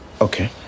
Okay